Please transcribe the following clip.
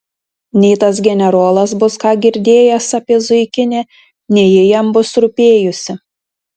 nei tas generolas bus ką girdėjęs apie zuikinę nei ji jam bus rūpėjusi